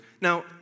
Now